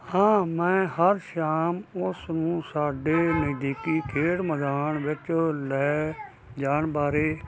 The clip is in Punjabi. ਹਾਂ ਮੈਂ ਹਰ ਸ਼ਾਮ ਉਸਨੂੰ ਸਾਡੇ ਨਜ਼ਦੀਕੀ ਖੇਡ ਮੈਦਾਨ ਵਿੱਚ ਲੈ ਜਾਣ ਬਾਰੇ